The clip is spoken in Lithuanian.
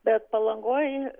bet palangoj